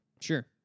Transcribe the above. Sure